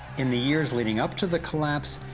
in the years leading up to the collapse,